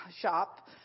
shop